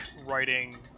writing